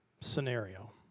scenario